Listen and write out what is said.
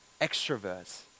extroverts